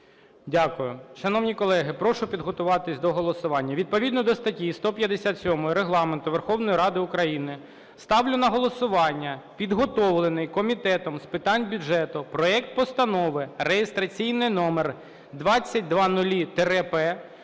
Дякую. Шановні колеги, прошу підготуватися до голосування. Відповідно до статті 157 Регламенту Верховної Ради України ставлю на голосування підготовлений Комітетом з питань бюджету проект Постанови (реєстраційний номер 2000-П)